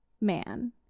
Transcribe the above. man